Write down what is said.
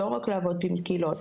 לא רק לעבוד עם קהילות,